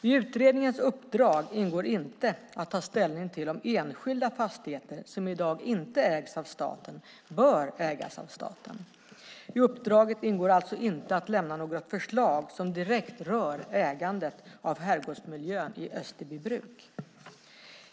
I utredningens uppdrag ingår inte att ta ställning till om enskilda fastigheter, som i dag inte ägs av staten, bör ägas av staten. I uppdraget ingår alltså inte att lämna något förslag som direkt rör ägandet av herrgårdsmiljön i Österbybruk.